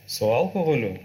su alkoholiu